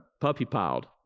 puppy-piled